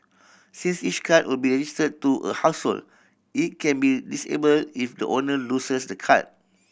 since each card will be register to a household it can be disable if the owner loses the card